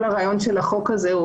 כל הרעיון של החוק הזה,